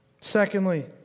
Secondly